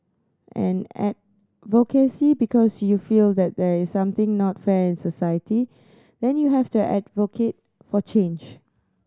and advocacy because you feel that they something not fair in society then you have to advocate for change